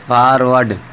forward